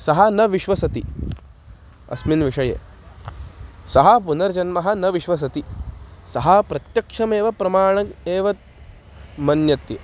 सः न विश्वसिति अस्मिन् विषये सः पुनर्जन्म न विश्वसिति सः प्रत्यक्षमेव प्रमाणम् एव मन्यते